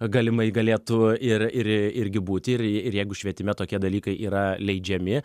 galimai galėtų ir ir irgi būti ir jeigu švietime tokie dalykai yra leidžiami